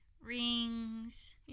rings